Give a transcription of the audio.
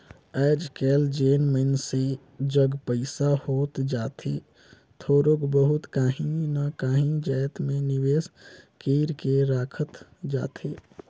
आएज काएल जेन मइनसे जग पइसा होत जाथे थोरोक बहुत काहीं ना काहीं जाएत में निवेस कइर के राखत जाथे